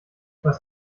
was